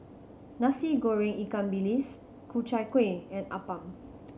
Nasi Goreng ikan bilis Ku Chai Kueh and appam